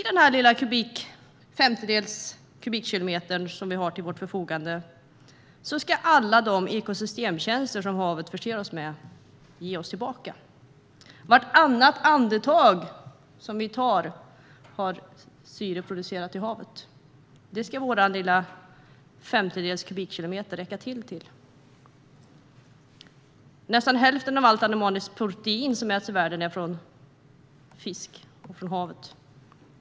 Den femtedels kubikkilometer vatten som vi har till vårt förfogande ska alla de ekosystemtjänster som havet förser oss med ge oss tillbaka. Vartannat andetag vi tar är syreproducerat i havet. Det ska vår lilla femtedels kubikkilometer räcka till. Nästan hälften av allt animaliskt protein som äts i världen kommer från fisk och från havet.